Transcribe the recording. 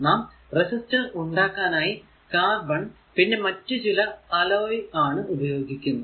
നാം റെസിസ്റ്റർ ഉണ്ടാക്കാനായി കാർബൺ പിന്നെ മറ്റു ചില അലോയ് ആണ് ഉപയോഗിക്കുന്നത്